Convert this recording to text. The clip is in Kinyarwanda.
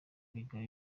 biga